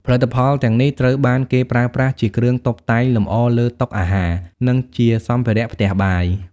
ផលិតផលទាំងនេះត្រូវបានគេប្រើប្រាស់ជាគ្រឿងតុបតែងលម្អលើតុអាហារ និងជាសម្ភារៈផ្ទះបាយ។